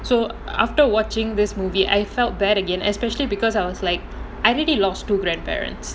so after watching this movie I felt bad again especially because I was like I already lost two grandparents